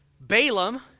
Balaam